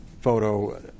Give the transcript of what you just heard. photo